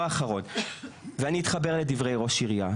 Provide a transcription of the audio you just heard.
אחרון ואני אתחבר לדברי ראש עירייה.